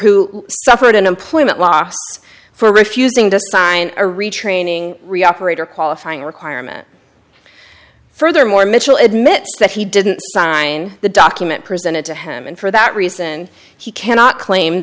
who suffered in employment law for refusing to sign a retraining ryall parade or qualifying requirement furthermore mitchell admits that he didn't sign the document presented to him and for that reason he cannot claim